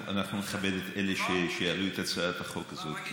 אני משער שנכבד את אלו שיעלו את הצעת החוק הזאת,